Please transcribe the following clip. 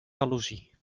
jaloezie